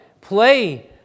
play